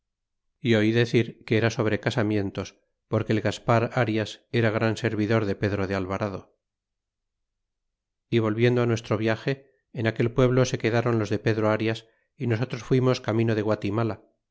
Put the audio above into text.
é oí decir que era sobre casamientos porque el gaspar arias era gran servidor de pedro de alvarado y volviendo nuestro viage en aquel pueblo se quedron los de pedro arias y nosotros fuimos camino de gua